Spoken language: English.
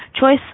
Choice